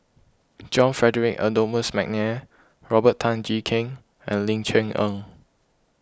John Frederick Adolphus McNair Robert Tan Jee Keng and Ling Cher Eng